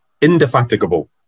indefatigable